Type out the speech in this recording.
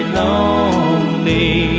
lonely